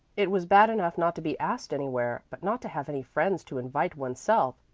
it was bad enough not to be asked anywhere, but not to have any friends to invite oneself,